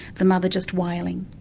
the mother just wailing,